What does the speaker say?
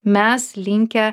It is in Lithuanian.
mes linkę